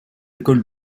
école